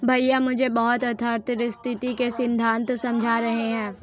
भैया मुझे वृहत अर्थशास्त्र के सिद्धांत समझा रहे हैं